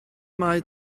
mae